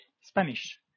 Spanish